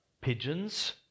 pigeons